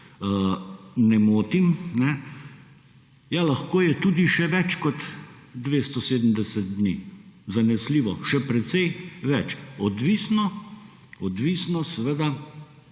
ne motim. Ja, lahko je tudi še več kot 270 dni, zanesljivo še precej več, odvisno seveda,